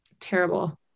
terrible